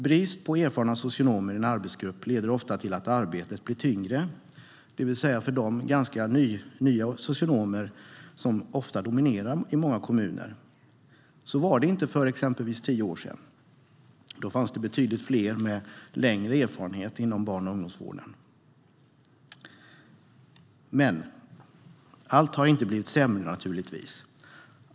Brist på erfarna socionomer i en arbetsgrupp leder ofta till att arbetet blir tyngre för de nya socionomer som ofta dominerar i många kommuner. Så var det inte för exempelvis tio år sedan. Då fanns det betydligt fler med längre erfarenhet inom barn och ungdomsvård. Men allt har naturligtvis inte blivit sämre.